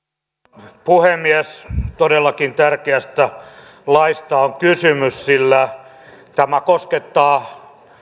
arvoisa puhemies todellakin tärkeästä laista on kysymys sillä tämä koskettaa